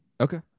okay